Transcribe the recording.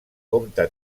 compta